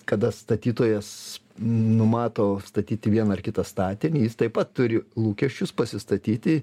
kada statytojas numato statyti vieną ar kitą statinį jis taip pat turi lūkesčius pasistatyti